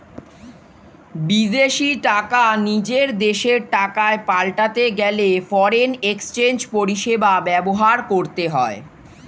বিদেশী টাকা নিজের দেশের টাকায় পাল্টাতে গেলে ফরেন এক্সচেঞ্জ পরিষেবা ব্যবহার করতে হয়